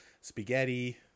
spaghetti